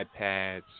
iPads